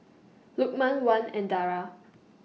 Lukman Wan and Dara